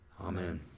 Amen